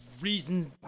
reasons